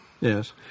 yes